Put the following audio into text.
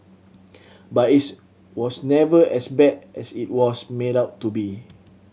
but its was never as bad as it was made out to be